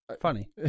funny